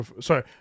Sorry